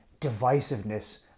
divisiveness